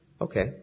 Okay